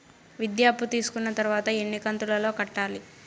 విద్య అప్పు తీసుకున్న తర్వాత ఎన్ని కంతుల లో కట్టాలి?